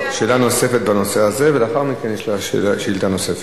שאלה נוספת בנושא הזה, ולאחר מכן שאילתא נוספת.